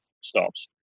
stops